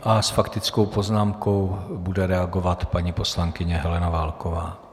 S faktickou poznámkou bude reagovat paní poslankyně Helena Válková.